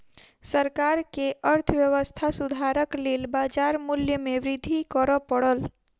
सरकार के अर्थव्यवस्था सुधारक लेल बाजार मूल्य में वृद्धि कर पड़ल